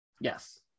Yes